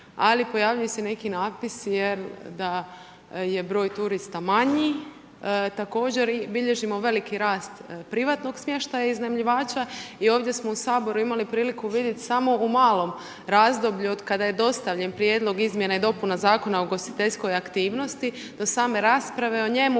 ali pojavljuju se neki natpisi jer da je broj turista manji, također bilježimo veliki rast privatnog smještaja iznajmljivača i ovdje smo u Saboru imali priliku vidjet samo u malom razdoblju od kada je dostavljen prijedlog izmjene i dopuna zakona o ugostiteljskog aktivnosti do same rasprave o njemu